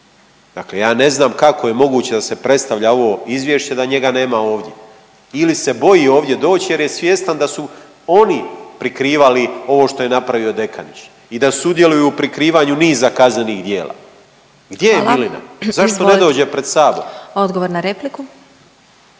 Dakle, ja ne znam kako je moguće da se predstavlja ovo izvješće da njega nema ovdje. Ili se boji ovdje doći jer je svjestan da su oni prikrivali ovo što je napravio Dekanić i da sudjeluju u prikrivanju niza kaznenih djela. Gdje je Milina? Zašto ne dođe pred Sabor?